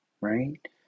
right